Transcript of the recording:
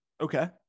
Okay